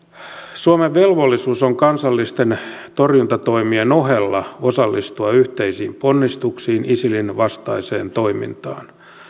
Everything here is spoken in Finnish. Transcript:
suomen velvollisuus on kansallisten torjuntatoimien ohella osallistua yhteisin ponnistuksin isilin vastaiseen toimintaan